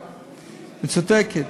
צודקת,